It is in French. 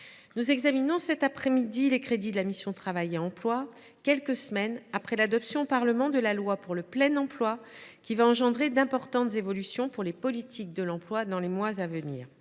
nous examinons cette après midi les crédits de la mission « Travail et emploi », quelques semaines après l’adoption par le Parlement du projet de loi pour le plein emploi, qui entraînera de profondes évolutions des politiques de l’emploi dans les mois à venir.